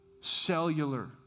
cellular